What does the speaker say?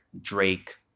Drake